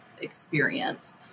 experience